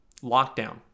lockdown